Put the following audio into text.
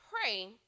pray